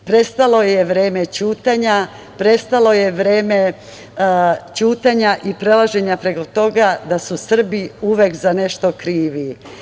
Prestalo je vreme ćutanja, prestalo je vreme ćutanja i prelaženja preko toga da su Srbi uvek za nešto krivi.